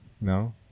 No